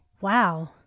Wow